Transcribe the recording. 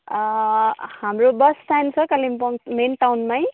हाम्रो bus stand चाहिँ Kalimpong main टाउनमै